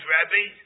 Rabbi